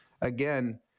again